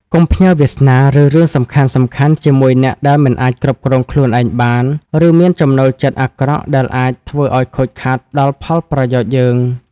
កុំផ្ញើវាសនា ឬរឿងសំខាន់ៗជាមួយអ្នកដែលមិនអាចគ្រប់គ្រងខ្លួនឯងបាន ឬមានចំណូលចិត្តអាក្រក់ដែលអាចធ្វើឱ្យខូចខាតដល់ផលប្រយោជន៍យើង។